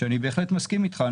אני בהחלט מסכים אתך,